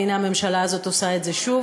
והנה הממשלה הזאת עושה את זה שוב: